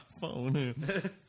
phone